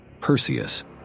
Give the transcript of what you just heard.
Perseus